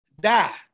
die